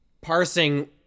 parsing